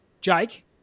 Jake